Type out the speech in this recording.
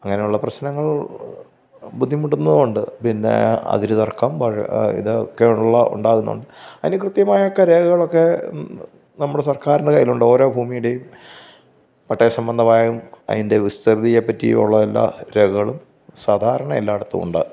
അങ്ങനെ ഉള്ള പ്രശ്നങ്ങള് ബുദ്ധിമുട്ടുന്നതു ഉണ്ട് പിന്നെ അതിര് തര്ക്കം വഴ് ഇത് ഒക്കെ ഉള്ള ഉണ്ടാവുന്നുണ്ട് അതിന് കൃത്യമായൊക്കെ രേഖകളൊക്കെ നമ്മുടെ സര്ക്കാരിന്റെ കയ്യിലുണ്ട് ഓരോ ഭൂമിയുടെയും പട്ടയ സംബന്ധമായും അതിന്റെ വിസ്തൃതിയെ പറ്റിയുള്ള എല്ലാ രേഖകളും സാധാരണ എല്ലായിടത്തും ഉണ്ട്